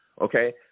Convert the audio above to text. Okay